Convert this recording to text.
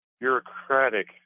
bureaucratic